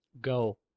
Go